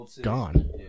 gone